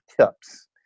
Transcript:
tips